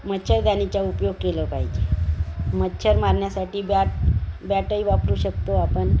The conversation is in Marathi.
मच्छरदाणीचा उपयोग केला पाहिजे मच्छर मारण्यासाठी बॅट बॅटही वापरू शकतो आपण